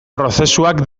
prozesuak